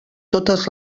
totes